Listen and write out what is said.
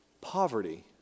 poverty